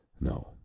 No